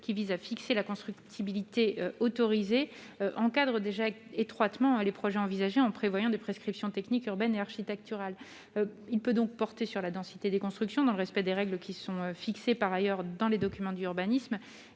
qui vise à définir la constructibilité autorisée, encadre d'ores et déjà étroitement les projets en prévoyant des prescriptions techniques urbaines et architecturales. Il peut donc porter sur la densité des constructions, dans le respect des règles qui sont fixées par les documents d'urbanisme.